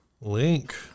Link